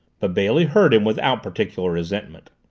but bailey heard him without particular resentment.